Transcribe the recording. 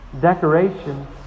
decorations